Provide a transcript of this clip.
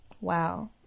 wow